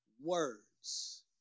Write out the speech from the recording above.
words